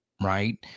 right